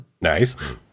Nice